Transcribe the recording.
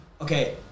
Okay